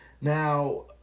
Now